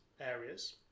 areas